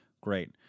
great